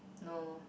no